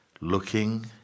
looking